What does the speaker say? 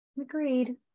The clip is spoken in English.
Agreed